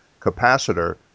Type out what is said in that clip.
capacitor